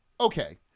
Okay